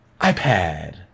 iPad